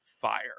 fire